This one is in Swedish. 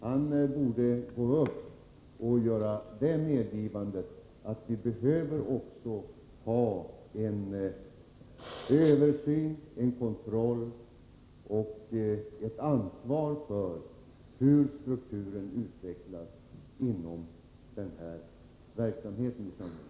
Han borde medge att det också behövs en översyn, en kontroll och ett ansvar för hur strukturen inom den här verksamheten i samhället utvecklas.